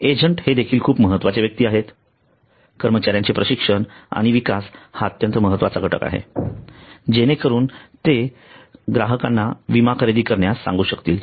agent हे देखील खूप महत्वाचे व्यक्ती आहेत कर्मचार्यांचे प्रशिक्षण आणि विकास हा अत्यंत महत्वाचा घटक आहे जेणेकरून ते ग्राहकांना विमा सेवा खरेदी करण्यास सांगू शकतील